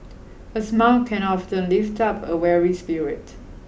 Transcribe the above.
a smile can often lift up a weary spirit